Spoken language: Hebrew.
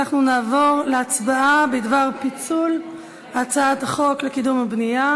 אנחנו נעבור להצבעה על פיצול הצעת חוק לקידום הבנייה